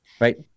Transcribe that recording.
right